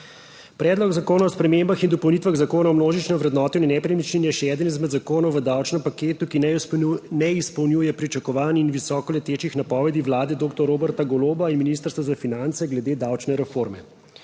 Predlog zakona o spremembah in dopolnitvah Zakona o množičnem vrednotenju nepremičnin je še eden izmed zakonov v davčnem paketu, ki ne izpolnjuje pričakovanj in visoko letečih napovedi Vlade doktor Roberta Goloba in Ministrstva za finance glede davčne reforme.